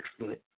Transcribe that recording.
excellent